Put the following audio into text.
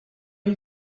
you